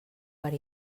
per